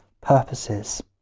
purposes